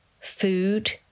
Food